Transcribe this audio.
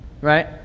right